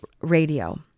Radio